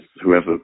whoever